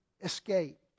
escape